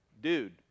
dude